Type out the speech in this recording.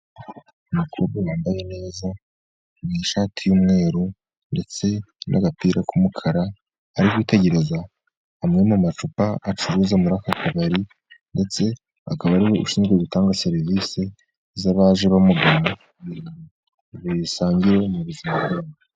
Umukobwa wambaye neza ishati y'umweru ndetse n'agapira k'umukara, ari kwitegereza amwe mu macupa acuruza muri aka kabari, ndetse akaba ariwe ushinzwe gutanga serivisi z'abaje bamugana kugira basangire ubuzima.